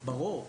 ברור.